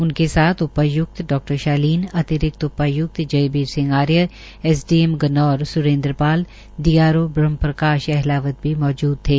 उनके साथ उपाय्क्त डा शालीन अतिरिक्त उपाय्क्त जयबीर सिंह आर्य एसडीएम गन्नौर स्रेंद्र पाल डीआरओ ब्रह्मप्रकाश अहलावत भी मौजूद थे